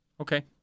Okay